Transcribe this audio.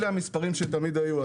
אלה המספרים שתמיד היו.